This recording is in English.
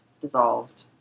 dissolved